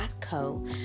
co